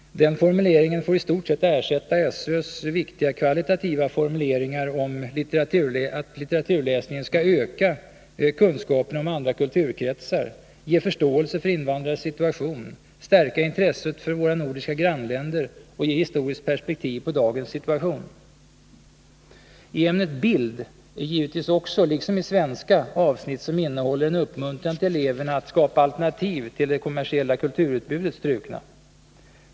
Den formuleringen får i stort ersätta SÖ:s viktiga kvalitativa formuleringar om att litteraturläsning skall öka kunskaperna om andra kulturkretsar, ge förståelse för invandrares situation, stärka intresset för våra nordiska grannländer och ge historiskt perspektiv på dagens situation. I ämnet bild är givetvis också, liksom i svenska, avsnitt som innehåller en uppmuntran till eleverna att skapa alternativ till det kommersiella kulturutbudet strukna.